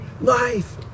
life